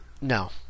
No